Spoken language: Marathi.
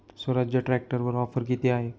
स्वराज्य ट्रॅक्टरवर ऑफर किती आहे?